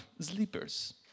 sleepers